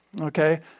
okay